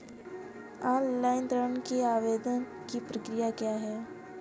Online ऋण आवेदन की प्रक्रिया क्या है?